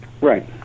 Right